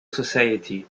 society